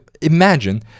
imagine